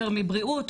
יותר מבריאות,